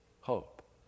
hope